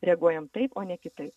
reaguojam taip kitaip